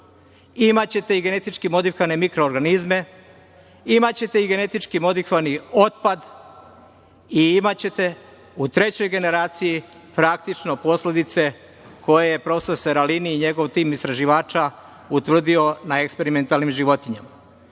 Imaćete i genetički modifikovane mikroorganizme, imaćete i genetički modifikovani otpad i imaćete, u trećoj generaciji, praktično posledice koje je profesor Seralini i njegov tim istraživača utvrdio na eksperimentalnim životinjama. Da